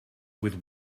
with